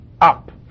up